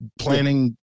planning